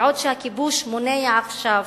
בעוד שהכיבוש מונע עכשיו